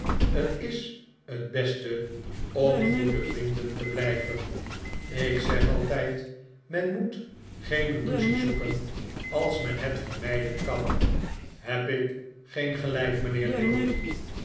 t is het beste om goede vrienden te blijven ik zeg altijd men moet geen ruzie zoeken als men het vermijden kan heb ik geen gelijk mijnheer